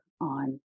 on